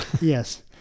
Yes